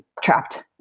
trapped